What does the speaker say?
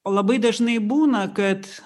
o labai dažnai būna kad